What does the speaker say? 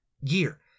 year